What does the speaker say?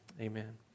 amen